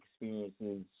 experiences